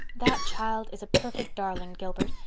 that child is a perfect darling, gilbert,